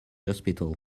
hospital